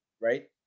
right